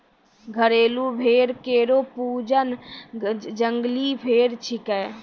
घरेलू भेड़ केरो पूर्वज जंगली भेड़ छिकै